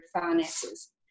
finances